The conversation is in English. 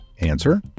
Answer